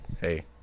Hey